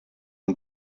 amb